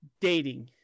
dating